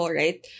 right